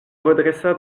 redressa